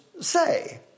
say